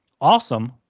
Awesome